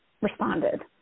responded